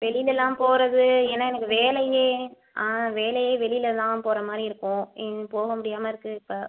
வெளிலலாம் போகறது ஏன்னா எனக்கு வேலையே ஆ வேலையே வெளியில தான் போகறமாரி இருக்கும் இன் போக முடியாமல் இருக்கு இப்போ